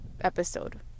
episode